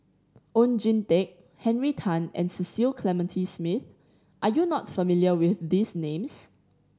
Oon Jin Teik Henry Tan and Cecil Clementi Smith are you not familiar with these names